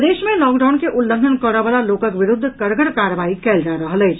प्रदेश मे लॉकडाउन के उल्लंघन करऽ वला लोकक विरूद्ध कड़गर कार्रवाई कयल जा रहल अछि